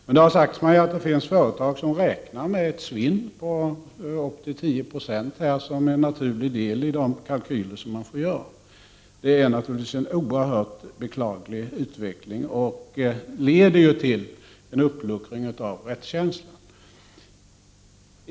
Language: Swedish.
Men det har sagts mig att det finns företag som räknar med ett svinn på upp till 10 96 som en naturlig del i de kalkyler man får göra. Detta är naturligtvis en oerhört beklaglig utveckling, och det leder ju till en uppluckring av rättskänslan.